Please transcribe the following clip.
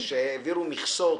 שהעבירו מכסות,